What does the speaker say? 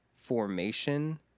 formation